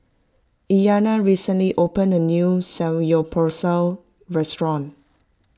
Iyanna recently opened a new Samgeyopsal restaurant